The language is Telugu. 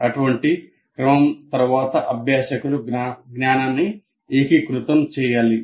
అటువంటి క్రమం తరువాత అభ్యాసకులు జ్ఞానాన్ని ఏకీకృతం చేయాలి